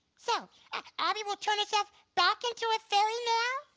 so and abby will turn herself back into a fairy now?